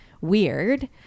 weird